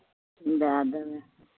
दए देबै